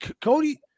Cody